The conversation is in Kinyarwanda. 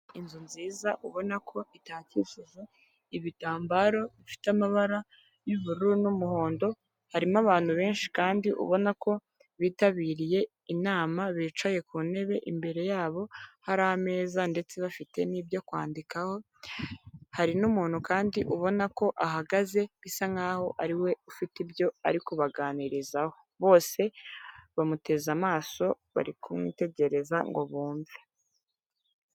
Inzu nziza ubona ko itakishije ibitambaro bifite amabara y'ubururu n'umuhondo, harimo abantu benshi kandi ubona ko bitabiriye inama bicaye ku ntebe imbere yabo hari ameza ndetse bafite n'ibyo kwandikaho, hari n'umuntu kandi ubona ko ahagaze bisa nk'aho ariwe ufite ibyo ari kubaganirizaho, bose bamuteze amaso bari kumwitegereza ngo bumve.